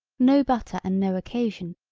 no butter and no occasion,